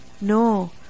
No